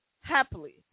Happily